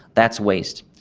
that's waste.